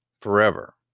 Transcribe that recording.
forever